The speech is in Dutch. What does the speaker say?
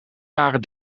jaren